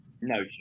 No